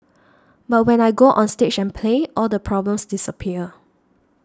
but when I go onstage and play all the problems disappear